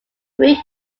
greek